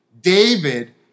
David